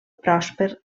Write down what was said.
pròsper